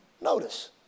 Notice